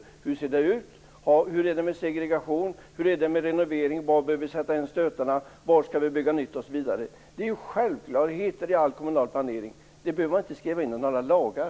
Man frågar sig hur det ser ut, hur det är med segregationen, hur det är när det gäller renovering, var det är nödvändigt att sätta in stötarna, var det skall byggas nytt osv. Alla dessa saker är självklarheter i all kommunal planering, så det behöver inte skrivas in i lagar.